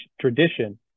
tradition